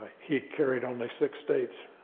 he carried only six states.